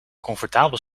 comfortabel